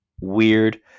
weird